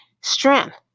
strength